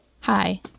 Hi